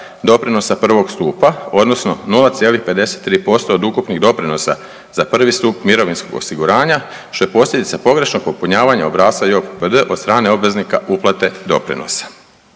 doprinosa prvog stupa odnosno 0,53% od ukupnih doprinosa za prvi stup mirovinskog osiguranja, što je posljedica pogrešnog popunjavanja obrasca JOPPD od strane obveznika uplate doprinosa.